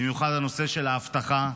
במיוחד הנושא של האבטחה.